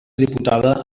diputada